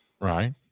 Right